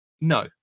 No